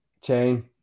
Chain